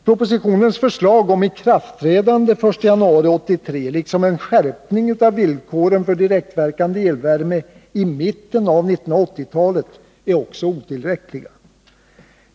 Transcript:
Propositionens förslag om ikraftträdande den 1 januari 1983, liksom om skärpning av villkoren för direktverkande elvärme i mitten av 1980-talet, är också otillräckliga.